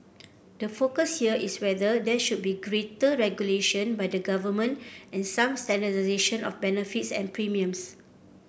the focus here is whether there should be greater regulation by the government and some standardisation of benefits and premiums